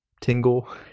Tingle